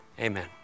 Amen